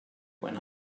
when